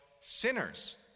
sinners